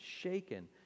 shaken